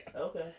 Okay